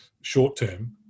short-term